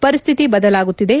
ಪರಿಸ್ಟಿತಿ ಬದಲಾಗುತ್ತಿದೆ